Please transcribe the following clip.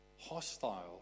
hostile